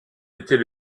était